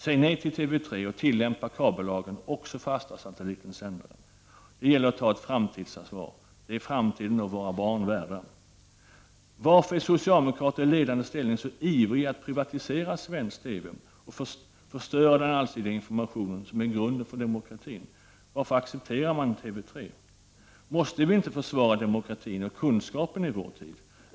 Säg nej till TV3, och tillämpa kabellagen också för Astrasatellitens sändare. Det gäller att ta ett framtidsansvar. Det är framtiden och våra barn värda. Varför är socialdemokrater i ledande ställning så ivriga att privatisera svensk TV, och förstöra den allsidiga informationen, som är grunden för demokratin? Varför accepterar man TV 3? Måste vi inte försvara demokratin och kunskapen i vår tid?